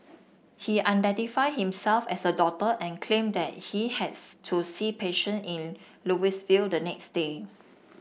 he identified himself as a doctor and claimed that he has to see patient in Louisville the next day